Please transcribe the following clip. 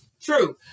True